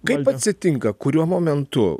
kaip atsitinka kuriuo momentu